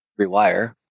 rewire